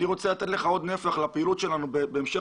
אני רוצה לתת עוד נפח לפעילות שלנו בהמשך